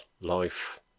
life